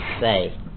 say